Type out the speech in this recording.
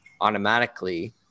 automatically